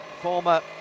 former